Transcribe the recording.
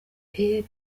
pele